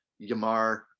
Yamar